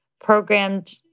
programmed